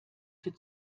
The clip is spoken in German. für